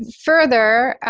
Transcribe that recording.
further,